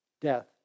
death